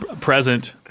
Present